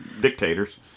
dictators